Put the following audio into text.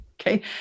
okay